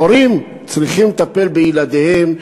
הורים צריכים לטפל בילדיהם.